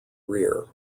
rear